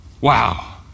Wow